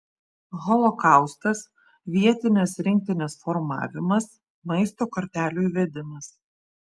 holokaustas vietinės rinktinės formavimas maisto kortelių įvedimas